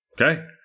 okay